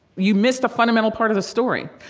you missed a fundamental part of the story.